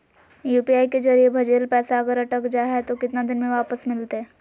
UPI के जरिए भजेल पैसा अगर अटक जा है तो कितना दिन में वापस मिलते?